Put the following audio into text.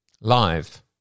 live